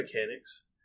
mechanics